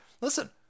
listen